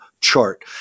chart